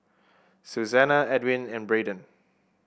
Susanna Edwin and Braydon